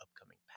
upcoming